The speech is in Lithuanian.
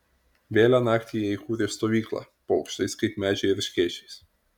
vėlią naktį jie įkūrė stovyklą po aukštais kaip medžiai erškėčiais